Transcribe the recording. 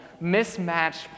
mismatched